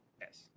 Yes